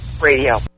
Radio